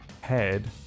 head